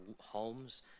homes